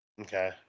Okay